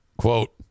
quote